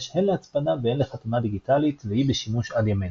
הן להצפנה והן לחתימה דיגיטלית והיא בשימוש עד ימינו.